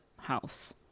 house